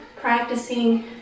practicing